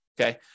Okay